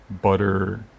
butter